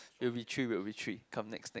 we will be three we will be three come next next